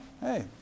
Hey